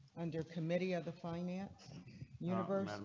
and your committee of the finance universal.